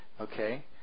okay